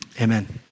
Amen